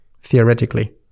theoretically